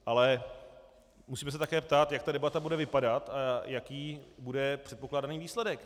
Ale musíme se také ptát, jak ta debata bude vypadat a jaký bude předpokládaný výsledek.